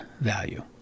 value